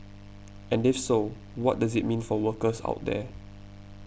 and if so what does it mean for workers out there